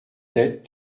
sept